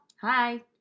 Hi